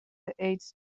ایدز